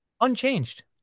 Unchanged